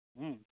ᱦᱩᱸ